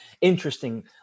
interesting